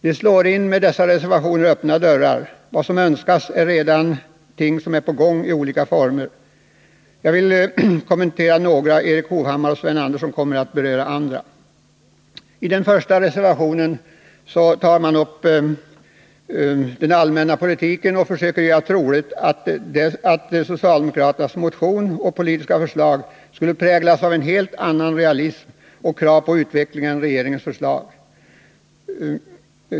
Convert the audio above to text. De slår med dessa reservationer in öppna dörrar. Vad som önskas är redan i gång i olika former. Jag vill kommentera några av reservationerna. Erik Hovhammar och Sven Andersson kommer att beröra andra. I den första reservationen tar man upp den allmänna politiken och försöker göra troligt att socialdemokraternas motion och politiska förslag skulle präglas av en helt annan realism och krav på utveckling än regeringens förslag.